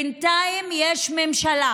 בינתיים יש ממשלה,